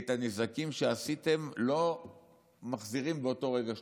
את הנזקים שעשיתם לא מחזירים באותו רגע שתחליטו.